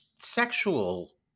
sexual